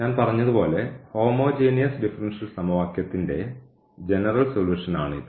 ഞാൻ പറഞ്ഞതുപോലെ homogeneous differential സമവാക്യത്തിന്റെ ജനറൽ സൊലൂഷൻ ആണ് ഇത്